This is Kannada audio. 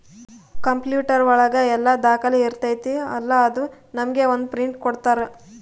ಕಂಪ್ಯೂಟರ್ ಒಳಗ ಎಲ್ಲ ದಾಖಲೆ ಇರ್ತೈತಿ ಅಲಾ ಅದು ನಮ್ಗೆ ಒಂದ್ ಪ್ರಿಂಟ್ ಕೊಡ್ತಾರ